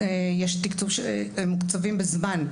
הם מוקצבים בזמן,